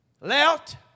left